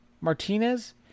Martinez